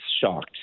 shocked